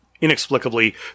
inexplicably